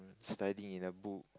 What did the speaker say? studying in a book